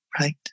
Right